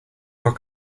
more